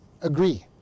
Agree